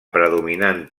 predominant